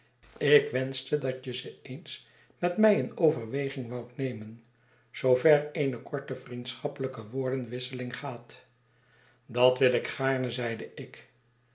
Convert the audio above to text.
ik wenschte dat je ze eens met mij in overweging woudt nemen zoover eene korte vriendschappelijke woordenwisseling gaat dat wil ik gaarne zeide ik